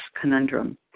conundrum